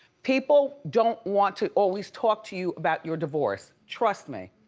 people don't want to always talk to you about your divorce. trust me.